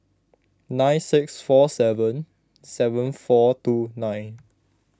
nine six four seven seven four two nine